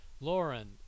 Lauren